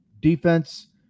defense